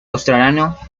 australiano